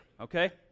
okay